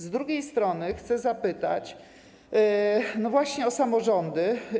Z drugiej strony chcę zapytać właśnie o samorządy.